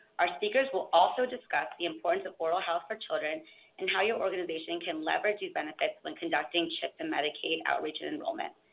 our speakers will also discuss the importance of oral health for children and how your organization can leverage these benefits when conducting chip and medicaid outreach and enrollment.